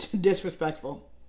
disrespectful